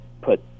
put